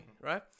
Right